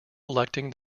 electing